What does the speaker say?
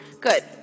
Good